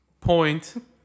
point